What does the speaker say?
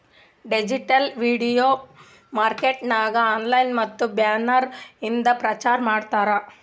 digital media marketing online ಮತ್ತ banner ಇಂದ ಪ್ರಚಾರ್ ಮಾಡ್ತಾರ್